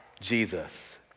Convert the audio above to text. Jesus